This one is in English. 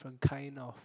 from kind of